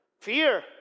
fear